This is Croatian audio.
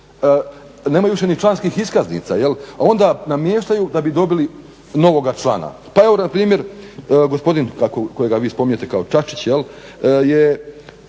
nemaju više ni članskih iskaznica. Onda namještaju da bi dobili novoga člana, pa evo npr. gospodin kojega vi spominjete kao Čačić je